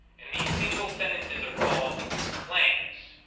and these single sentences are called claims.